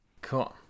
Cool